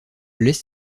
laisse